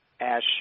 Ash